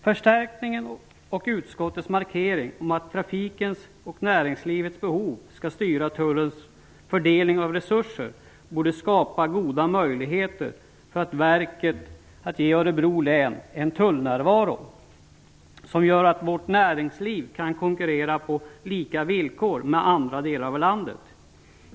Förstärkningen och utskottets markering om att trafikens och näringslivets behov skall styra Tullens fördelning av resurser borde skapa goda möjligheter för verket att ge Örebro län en tullnärvaro, som gör att vårt näringsliv kan konkurrera på lika villkor med andra delar av vårt land.